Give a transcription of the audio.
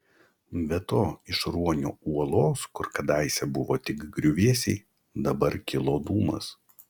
be to iš ruonio uolos kur kadaise buvo tik griuvėsiai dabar kilo dūmas